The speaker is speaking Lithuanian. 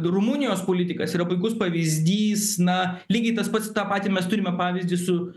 rumunijos politikas yra puikus pavyzdys na lygiai tas pats tą patį mes turime pavyzdį su